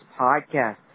Podcast